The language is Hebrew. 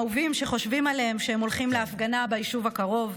אהובים שחושבים עליהם כשהם הולכים להפגנה ביישוב הקרוב,